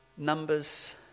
Numbers